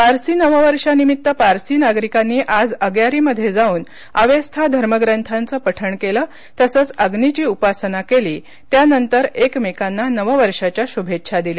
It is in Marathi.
पारसी नववर्षानिमित्त पारसी नागरिकांनी आज अग्यारीमध्ये जाऊन अवेस्था धर्मग्रंथांचं पठण केले तसंच अग्निची उपासना केली त्यानंतर एकमेकांना नववर्षाच्या शुभेच्छा दिल्या